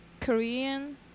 Korean